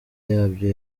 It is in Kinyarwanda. yabyo